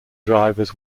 drivers